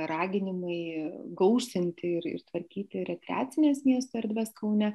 raginimai gausinti ir ir tvarkyti rekreacines miesto erdves kaune